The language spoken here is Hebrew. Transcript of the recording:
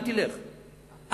אל תלך,